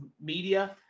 media